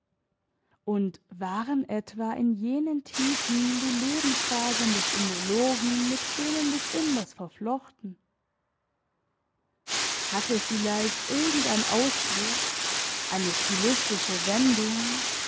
und waren etwa in jenen tiefen die lebensfasern des indologen mit denen des inders verflochten hatte vielleicht irgendein ausdruck eine stilistische wendung